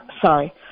Sorry